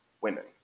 Women